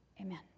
Amen